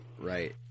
right